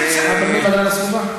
אני, ועדת הפנים והגנת הסביבה?